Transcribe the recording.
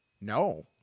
No